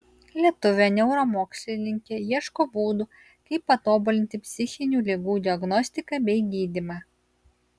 lietuvė neuromokslininkė ieško būdų kaip patobulinti psichinių ligų diagnostiką bei gydymą